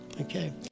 Okay